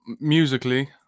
musically